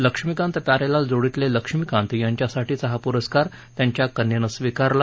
लक्ष्मिकांत प्यारेलाल जोडीतले लक्ष्मीकांत यांच्यासाठीचा हा पुरस्कार त्यांच्या कन्येने स्वीकारला